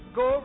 go